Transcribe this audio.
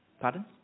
Pardon